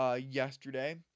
yesterday